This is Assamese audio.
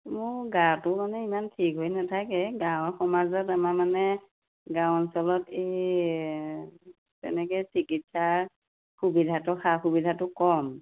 মোৰ গাটো মানে ইমান ঠিক হৈ নাথাকে গাঁৱৰ সমাজত আমাৰ মানে গাঁও অঞ্চলত এই তেনেকে চিকিৎসাৰ সুবিধাটো সা সুবিধাটো কম